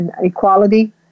equality